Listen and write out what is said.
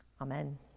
Amen